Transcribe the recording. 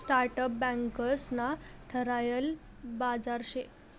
startup banks ना ठरायल बाजार शे